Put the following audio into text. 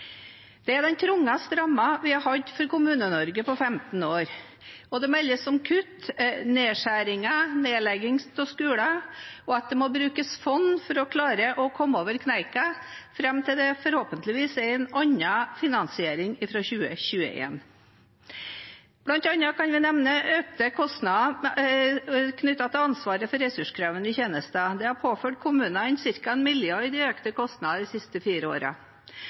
Det er den trangeste rammen vi har hatt for Kommune-Norge på 15 år, og det meldes om kutt, nedskjæringer, nedlegginger av skoler, og at det må brukes fond for å klare å komme over kneika fram til det forhåpentligvis er en annen finansiering fra 2021. Blant annet kan vi nevne økte kostnader knyttet til ansvaret for ressurskrevende tjenester. Det har påført kommunene ca. 1 mrd. kr i økte kostnader de siste fire